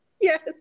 Yes